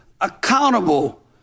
accountable